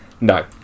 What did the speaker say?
No